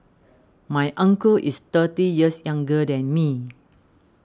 my uncle is thirty years younger than me